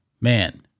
Man